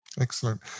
Excellent